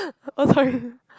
oh sorry